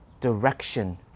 direction